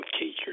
teachers